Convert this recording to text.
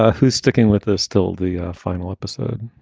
ah who's sticking with us? still the final episode,